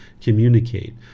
communicate